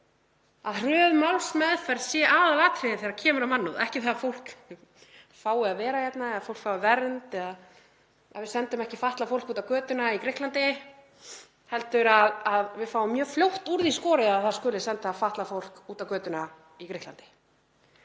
að hröð málsmeðferð sé aðalatriðið þegar kemur að mannúð en ekki það að fólk fái að vera hérna eða fólk fái vernd eða að við sendum ekki fatlað fólk á götuna í Grikklandi, heldur að við fáum mjög fljótt úr því skorið að það skuli senda fatlað fólk á götuna í Grikklandi.